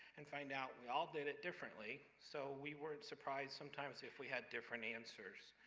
and find out we all did it differently, so we weren't surprised sometimes if we had different answers.